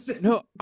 No